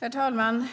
Herr talman!